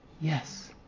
Yes